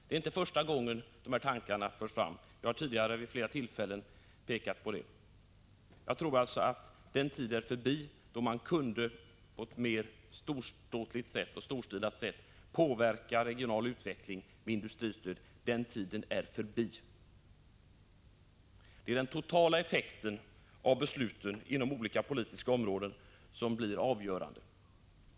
Det är inte första gången dessa tankar förs fram — jag har tidigare vid flera tillfällen pekat på detta. Den tid är förbi då man på ett storstilat sätt kunde påverka den regionala utvecklingen med industristöd. Det är den totala effekten av beslut inom olika politiska områden som blir avgörande.